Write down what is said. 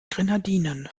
grenadinen